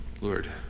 Lord